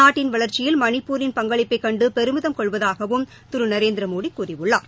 நாட்டின் வளர்ச்சியில் மணிப்பூரின் பங்களிப்பைக் கண்டு பெருமிதம் கொள்வதாகவும் திரு நரேந்திரமோடி கூறியுள்ளார்